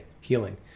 healing